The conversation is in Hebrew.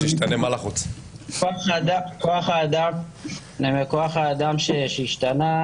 כוח האדם שהשתנה,